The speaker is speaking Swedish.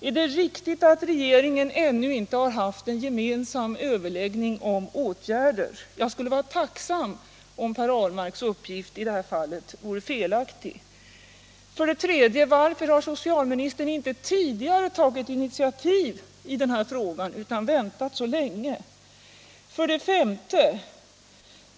Är det riktigt att regeringen ännu inte har haft någon gemensam överläggning om erforderliga åtgärder? Jag skulle vara tacksam, om Per Ahlmarks uppgift i det här fallet vore felaktig. 3. Varför har socialministern inte tidigare tagit något initiativ i frågan utan väntat så länge? 4.